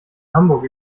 hamburg